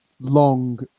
long